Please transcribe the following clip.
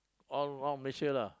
all all Malaysia lah